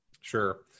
Sure